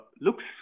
looks